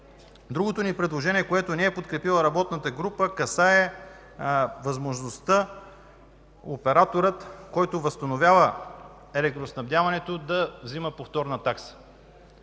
Другото ни предложение, което работната група не е подкрепила, касае възможността операторът, който възстановява електроснабдяването, да взима повторна такса.